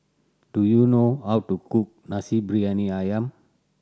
do you know how to cook Nasi Briyani Ayam